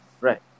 Right